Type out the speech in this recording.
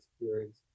experience